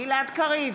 גלעד קריב,